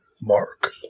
Mark